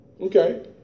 Okay